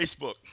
Facebook